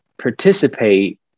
participate